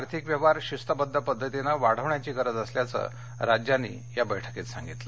आर्थिक व्यवहार शिस्तबद्ध पद्धतीनं वाढवण्याची गरज असल्याचं राज्यांनी सांगितलं